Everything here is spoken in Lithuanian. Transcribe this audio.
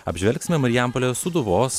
apžvelgsime marijampolės suduvos